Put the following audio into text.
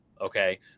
Okay